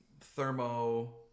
thermo